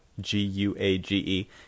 g-u-a-g-e